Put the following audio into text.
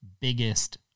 biggest